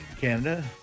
Canada